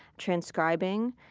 transcribing.